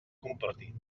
compartir